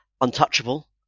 untouchable